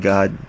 God